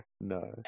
no